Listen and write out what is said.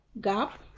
gap